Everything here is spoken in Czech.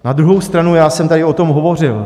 Na druhou stranu jsem tady o tom hovořil.